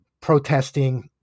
protesting